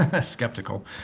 skeptical